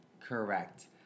Correct